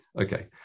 Okay